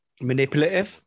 manipulative